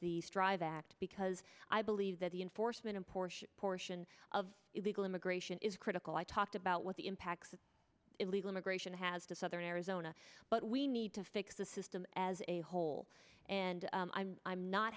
strive act because i believe that the enforcement of portion portion of illegal immigration is critical i talked about what the impacts of illegal immigration has to southern arizona but we need to fix the system as a whole and i'm i'm not